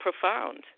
profound